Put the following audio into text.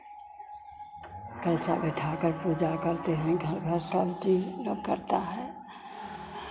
कलशा बैठाकर पूजा करते हैं घर घर सब चीज़ लोग करता है